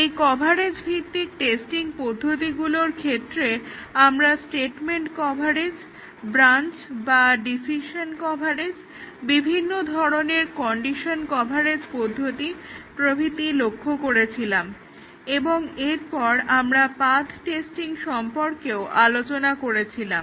এই কভারেজ ভিত্তিক টেস্টিং পদ্ধতিগুলোর ক্ষেত্রে আমরা স্টেটমেন্ট কভারেজ ব্রাঞ্চ বা ডিসিশন কভারেজ বিভিন্ন ধরনের কন্ডিশন কভারেজ পদ্ধতি প্রভৃতি লক্ষ্য করেছিলাম এবং এরপর আমরা পাথ্ টেস্টিং সম্পর্কেও আলোচনা করেছিলাম